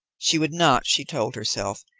she would not, she told herself,